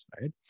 right